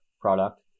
product